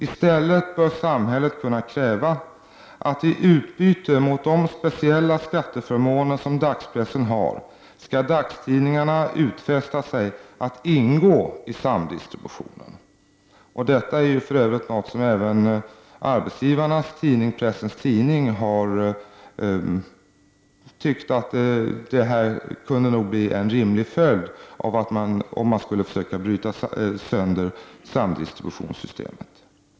I stället bör samhället kunna kräva att dagstidningarna i utbyte mot de speciella skatteförmåner som dagspressen har skall utfästa sig att ingå i samdistributionen. Även arbetsgivarnas tidning, Pressens Tidning, har ju för övrigt sagt att detta nog kunde bli en rimlig följd om man försökte bryta sönder samdistributionssystemet.